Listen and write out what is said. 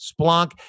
Splunk